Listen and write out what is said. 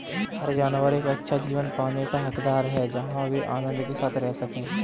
हर जानवर एक अच्छा जीवन पाने का हकदार है जहां वे आनंद के साथ रह सके